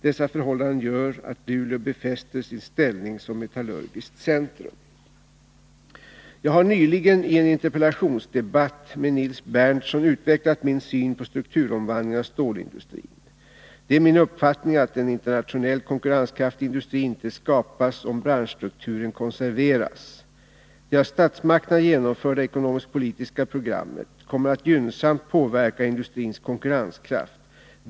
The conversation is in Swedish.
Dessa förhållanden gör att Luleå befäster sin ställning som metallurgiskt centrum. Jag har nyligen i en interpellationsdebatt med Nils Berndtson utvecklat min syn på strukturomvandlingen av stålindustrin. Det är min uppfattning att en internationellt konkurrenskraftig industri inte skapas om branschstrukturen konserveras. Det av statsmakterna genomförda ekonomisk-politiska programmet kommer att gynnsamt påverka industrins konkurrenskraft.